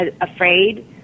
afraid